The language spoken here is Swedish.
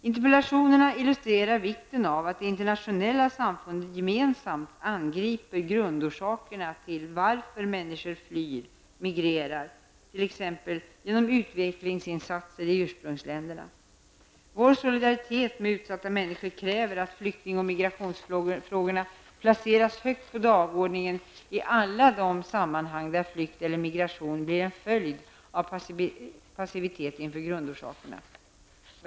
Interpellationerna illustrerar vikten av att det internationella samfundet gemensamt angriper grundorsakerna till varför människor flyr/migrerar t.ex. genom utvecklingsinsatser i ursprungsländerna. Vår solidaritet med utsatta människor kräver att flykting och migrationsfrågorna placeras högt på dagordningen i alla de sammanhang där flykt eller migration blir en följd av passivitet inför grundorsakerna.